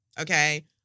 Okay